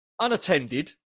unattended